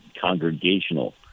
congregational